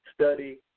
Study